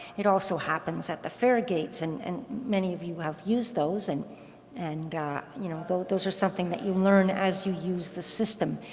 it also happens at the fare gates and many of you have used those and and you know those those are something that you learn as you use the system,